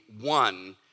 one